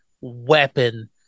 weapon